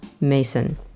Mason